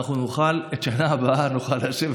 בשנה הבאה נוכל לשבת,